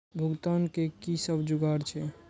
भुगतान के कि सब जुगार छे?